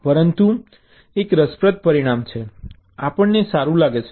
પરંતુ એક રસપ્રદ પરિણામ છે જે આપણને સારું લાગે છે